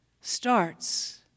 starts